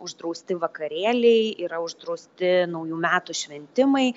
uždrausti vakarėliai yra uždrausti naujų metų šventimai